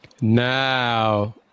Now